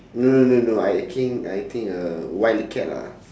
no no no no I think I think uh wildcat lah